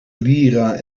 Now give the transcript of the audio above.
lira